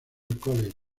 college